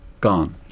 gone